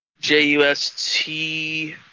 J-U-S-T